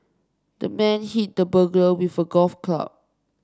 the man hit the burglar with a golf club